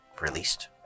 released